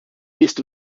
best